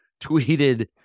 tweeted